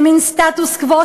למין סטטוס קוו,